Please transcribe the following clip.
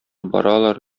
баралар